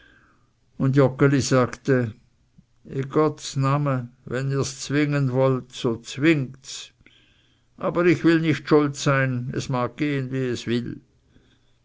und so wenn ihrs zwingen wollt so zwingts aber ich will nicht schuld daran sein es mag kommen wie es will